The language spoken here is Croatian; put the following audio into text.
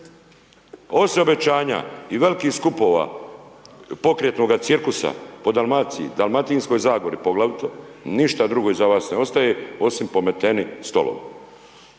obećanja i velikih skupova pokretnoga cirkusa po Dalmaciji, Dalmatinskoj Zagori poglavito, ništa drugo iza vas ne ostaje, osim pometeni stolovi.